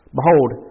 Behold